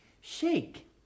Shake